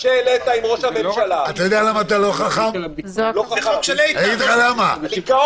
אנחנו יודעים מה נקודות המחלוקת בחוק הזה, אנחנו